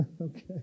okay